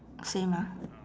same ah